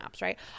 right